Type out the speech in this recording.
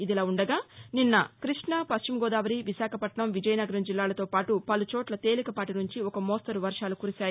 ఇదిలా ఉండగా నిన్న కృష్ణా పశ్చిమగోదావరి విశాఖపట్నం విజయనగరం జిల్లాలతో పాటు పలు చోట్ల తేలికపాటి నుంచి ఒక మోస్తరు వర్వాలు కురిశాయి